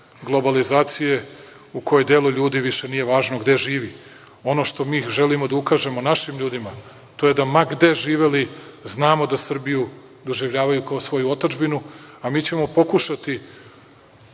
globalizacije u kojoj delo ljudi više nije važno gde živi. Ono što mi želimo da ukažemo našim ljudima, to je da ma gde živeli, znamo da Srbiju doživljavaju kao svoju otadžbinu, a mi ćemo pokušati,